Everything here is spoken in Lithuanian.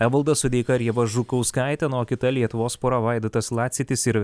evaldas sodeika ir ieva žukauskaitė na o kita lietuvos pora vaidotas lacitis ir